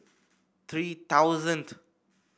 three thousand